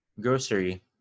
grocery